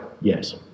Yes